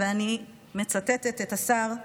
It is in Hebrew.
אני מצטטת את השר,